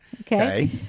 Okay